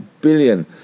billion